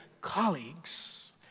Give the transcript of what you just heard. colleagues